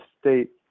state